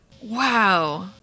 Wow